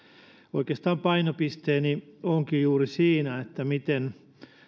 oikeastaan painopisteeni onkin juuri siinä miten